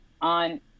on